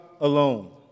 alone